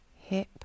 Hip